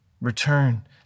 Return